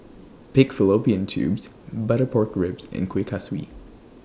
Pig Fallopian Tubes Butter Pork Ribs and Kuih Kaswi